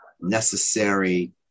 necessary